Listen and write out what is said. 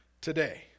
today